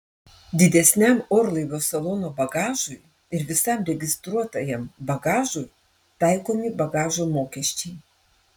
didesniam orlaivio salono bagažui ir visam registruotajam bagažui taikomi bagažo mokesčiai